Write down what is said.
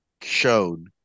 shown